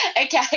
okay